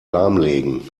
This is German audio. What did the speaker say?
lahmlegen